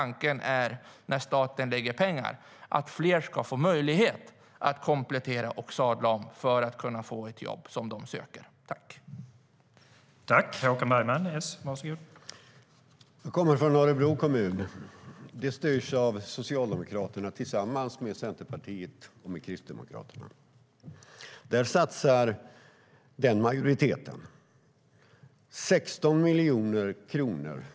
När staten lägger pengar är tanken att fler ska få möjlighet att komplettera och sadla om för att kunna få ett jobb som de söker.